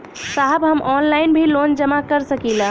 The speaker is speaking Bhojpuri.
साहब हम ऑनलाइन भी लोन जमा कर सकीला?